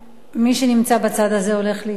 מי שנמצא בצד הזה הולך להתנגד,